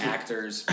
Actors